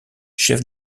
chef